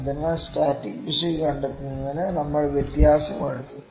അതിനാൽ സ്റ്റാറ്റിക് പിശക് കണ്ടെത്തുന്നതിന് നമ്മൾ വ്യത്യാസം എടുത്തു